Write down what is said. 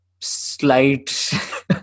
slight